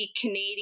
canadian